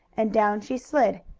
and down she slid.